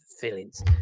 feelings